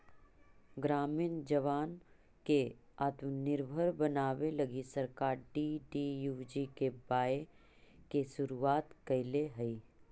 ग्रामीण जवान के आत्मनिर्भर बनावे लगी सरकार डी.डी.यू.जी.के.वाए के शुरुआत कैले हई